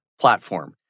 platform